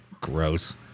gross